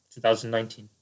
2019